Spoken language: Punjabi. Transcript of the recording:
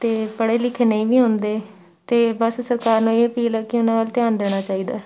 ਅਤੇ ਪੜ੍ਹੇ ਲਿਖੇ ਨਹੀਂ ਵੀ ਹੁੰਦੇ ਅਤੇ ਬਸ ਸਰਕਾਰ ਇਹ ਅਪੀਲ ਹੈ ਕਿ ਉਹਨਾਂ ਵੱਲ ਧਿਆਨ ਦੇਣਾ ਚਾਹੀਦਾ